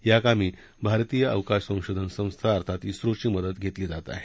या कामी भारतीय अवकाश संशोधन संस्था अर्थात झोची मदत घेण्यात येत आहे